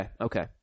okay